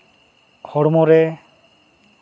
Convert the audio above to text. ᱦᱚᱲᱢᱚ ᱨᱮ